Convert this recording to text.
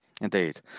Indeed